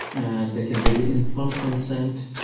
and they can do the informed consent,